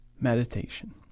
meditation